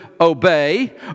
obey